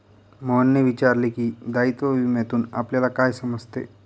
मोहनने विचारले की, दायित्व विम्यातून आपल्याला काय समजते?